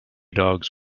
dogs